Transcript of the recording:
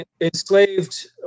enslaved